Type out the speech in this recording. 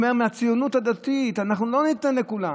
הוא אומר "מהציונות הדתית"; אנחנו לא ניתן לכולם.